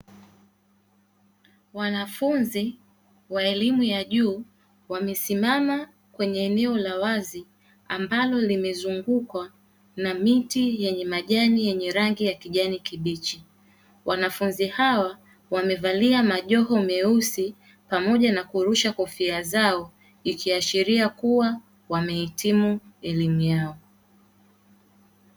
Wanafunzi wa elimu ya juu wamesimama kwenye eneo la wazi; ambalo limezungukwa na miti yenye majani yenye rangi ya kijani kibichi. Wanafunzi hawa wamevalia majoho meusi pamoja na kurusha kofia zao, ikiashiria kuwa wamehitimu elimu yao.